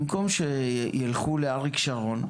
במקום שילכו לאריק שרון,